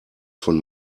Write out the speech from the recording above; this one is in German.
von